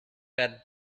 let